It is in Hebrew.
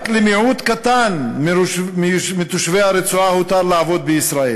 רק למיעוט קטן של תושבי הרצועה הותר לעבוד בישראל.